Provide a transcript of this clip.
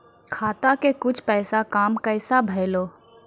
खाता के कुछ पैसा काम कैसा भेलौ?